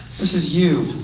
this is you.